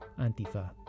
Antifa